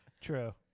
True